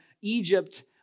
Egypt